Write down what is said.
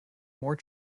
more